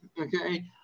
okay